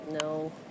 No